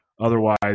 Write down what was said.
Otherwise